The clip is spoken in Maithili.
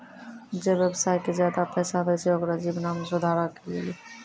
जे व्यवसाय के ज्यादा पैसा दै छै ओकरो जीवनो मे सुधारो के लेली